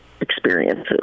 experiences